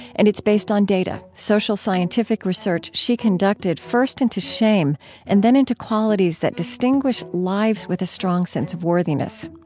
and it's based on data social scientific research she conducted first into shame and then into qualities that distinguish lives with a strong sense of worthiness.